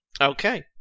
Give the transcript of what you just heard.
Okay